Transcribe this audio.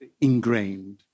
ingrained